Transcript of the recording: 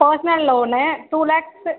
personal லோன்னு two lakhs